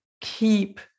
keep